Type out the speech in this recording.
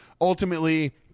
Ultimately